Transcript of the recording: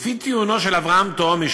לפי טיעונו של אברהם תהומי,